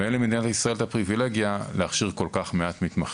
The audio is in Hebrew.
ואין למדינת ישראל הפריבילגיה להכשיר מעט כל כך מתמחים.